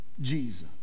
Jesus